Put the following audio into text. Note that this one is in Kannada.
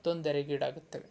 ತೊಂದರೆಗೀಡಾಗುತ್ತವೆ